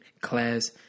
class